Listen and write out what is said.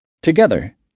Together